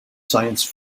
science